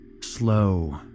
slow